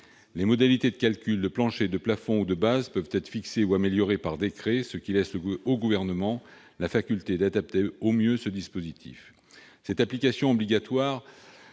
Les modalités de calcul du plancher, du plafond ou de la base peuvent être fixées ou améliorées par décret, ce qui laisse au Gouvernement la faculté d'adapter au mieux ce dispositif. Cette application obligatoire